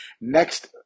Next